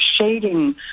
shading